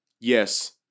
Yes